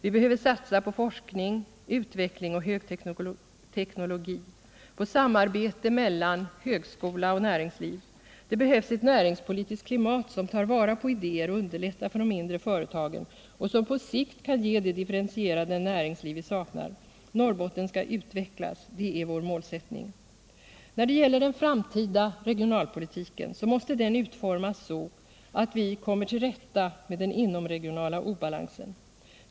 Vi behöver satsa på forskning, utveckling och högteknologi och på samarbete mellan högskola och näringsliv. Det behövs ett näringspolitiskt klimat som tar vara på idéer och underlättar för de mindre företagen och som på sikt kan ge det differentierade näringsliv vi saknar. Norrbotten skall utvecklas, det är vår målsättning. Den framtida regionalpolitiken måste utformas så att vi kommer till rätta med den inomregionala obalansen.